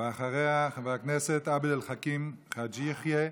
אחריה, חבר הכנסת עבד אל חכים חאג' יחיא,